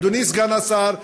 אדוני סגן השר,